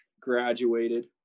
graduated